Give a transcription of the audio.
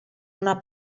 una